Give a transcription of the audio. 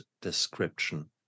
description